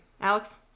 Alex